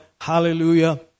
Hallelujah